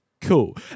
cool